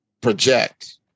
project